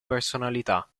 personalità